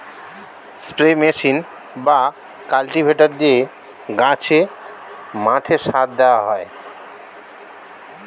spray machine বা cultivator দিয়ে গাছে, মাঠে সার দেওয়া হয়